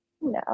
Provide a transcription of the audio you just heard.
No